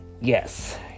Yes